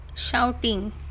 shouting